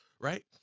right